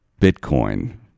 Bitcoin